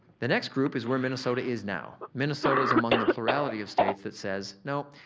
the next group is where minnesota is now. minnesota is among the plurality of states that says no,